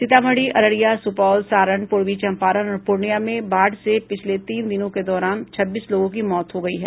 सीतामढ़ी अररिया सुपौल सारण पूर्वी चंपारण और पूर्णियां में बाढ़ से पिछले तीन दिनों के दौरान छब्बीस लोगों की मौत हो गयी है